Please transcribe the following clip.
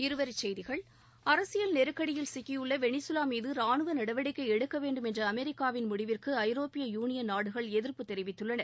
இருவரி செய்திகள் அரசியல் நெருக்கடியில் சிக்கியுள்ள வெனிசுலா மீது ரானுவ நடவடிக்கை எடுக்க வேண்டும் என்ற அமெரிக்காவின் முடிவிற்கு ஐரோப்பிய யூனியன் நாடுகள் எதிர்ப்பு தெரிவித்துள்ளன